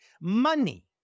money